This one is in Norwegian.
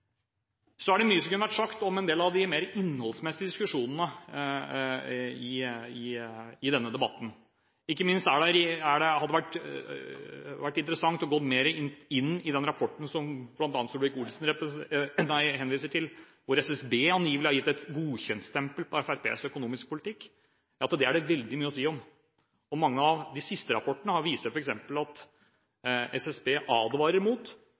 Mye kunne vært sagt om en del av innholdet i diskusjonene i denne debatten. Ikke minst hadde det vært interessant å gå mer inn i den rapporten som bl.a. Solvik-Olsen henviste til, hvor SSB angivelig har gitt et godkjentstempel på Fremskrittspartiets økonomiske politikk. Det er det veldig mye å si om. Mange av de siste rapportene viser f.eks. at SSB advarer mot